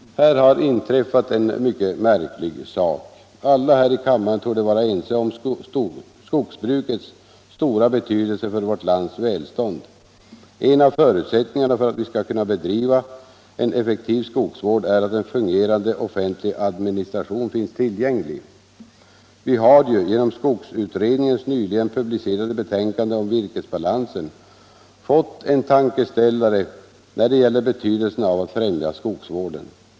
Här har inträffat en mycket märklig sak. Alla här i kammaren torde vara ense om skogsbrukets stora betydelse för vårt lands välstånd. En av förutsättningarna för att vi skall kunna bedriva en effektiv skogsvård är att en fungerande offentlig administration finns tillgänglig. Vi har ju genom skogsutredningens nyligen publicerade betänkande om virkesbalansen fått en tankeställare när det gäller betydelsen av att främja skogsvården.